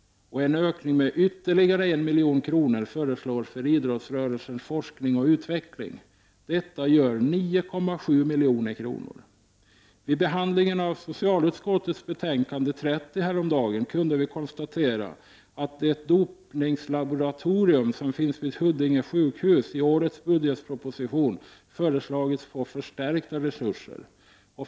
En ökning med ytterligare 1 milj.kr. föreslås för idrottsrörelsens forskning och utveckling. Detta gör 9,7 milj.kr. Vid behandlingen av socialutskottets betänkande SoU30 häromdagen kunde vi konstatera att det dopningslaboratorium som finns vid Huddinge sjukhus i årets budgetproposition föreslagits få förstärkta resurser.